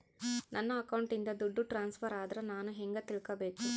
ನನ್ನ ಅಕೌಂಟಿಂದ ದುಡ್ಡು ಟ್ರಾನ್ಸ್ಫರ್ ಆದ್ರ ನಾನು ಹೆಂಗ ತಿಳಕಬೇಕು?